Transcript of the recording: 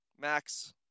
Max